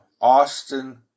Austin